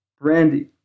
Brandy